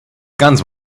guns